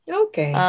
okay